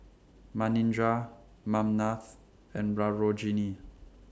Manindra Ramnath and Sarojini